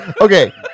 Okay